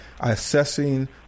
assessing